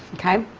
okay?